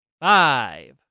Five